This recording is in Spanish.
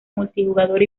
multijugador